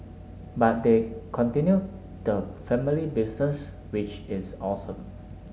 but they've continued the family business which is awesome